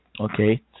Okay